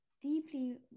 deeply